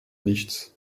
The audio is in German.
nichts